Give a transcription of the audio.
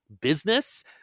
business